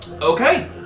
Okay